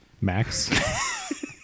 Max